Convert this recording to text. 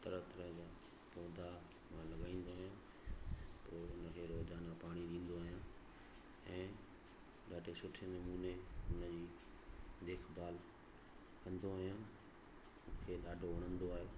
तरह तरह जा पौधा मां लॻाईंदो आहियां पोइ उन खे रोज़ाना पाणी ॾींदो आहियां ऐं ॾाढे सुठे नमूने उन जी देखभाल कंदो आहियां मूंखे ॾाढो वणंदो आहे